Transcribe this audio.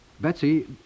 Betsy